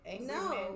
No